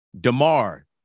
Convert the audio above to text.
Demar